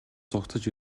зугтаж